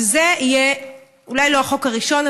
זה אולי לא יהיה החוק הראשון,